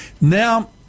Now